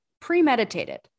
premeditated